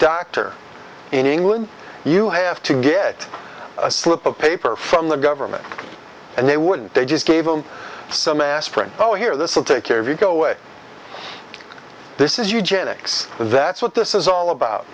doctor in england you have to get a slip of paper from the government and they wouldn't they just gave him some aspirin oh here this will take care of you go away this is eugenics that's what this is all about